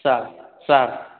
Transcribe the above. sir sir